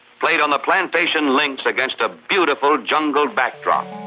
played on the plantation links against a beautiful jungle backdrop.